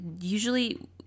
usually